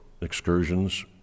excursions